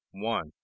one